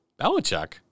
Belichick